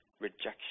Rejection